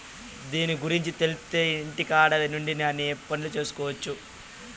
దీని గురుంచి తెలిత్తే ఇంటికాడ నుండే అన్ని పనులు చేసుకొవచ్చు